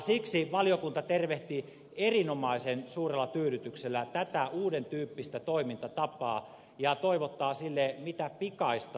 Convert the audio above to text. siksi valiokunta tervehtii erinomaisen suurella tyydytyksellä tätä uuden tyyppistä toimintatapaa ja toivottaa sille mitä pikaisinta täytäntöönpanoa